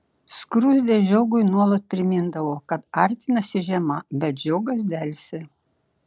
skruzdė žiogui nuolat primindavo kad artinasi žiema bet žiogas delsė